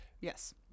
yes